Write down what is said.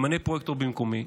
מנה פרויקטור במקומי.